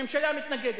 הממשלה מתנגדת,